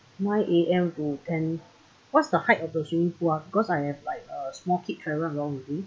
nine A_M to ten what's the height of the swimming pool ah because I have like a small kid travel along with me